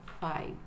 five